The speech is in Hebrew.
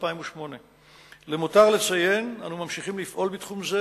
2008. למותר לציין שאנו ממשיכים לפעול בתחום זה,